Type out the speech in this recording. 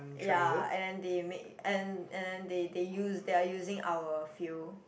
ya and then they make and and then they they use they are using our field